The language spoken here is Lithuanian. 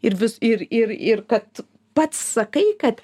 ir vis ir ir ir kad pats sakai kad